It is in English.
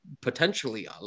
potentially